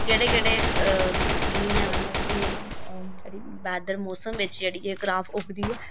केह्ड़े केह्ड़े म्हीनै मतलब कि जेह्ड़ी वैदर मौसम बिच्च जेह्ड़ी ऐ क्रॉप उगदी ऐ